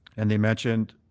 and they mentioned